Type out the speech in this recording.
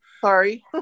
Sorry